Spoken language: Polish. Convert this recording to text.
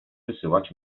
wysyłać